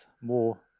more